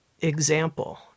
example